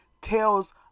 tells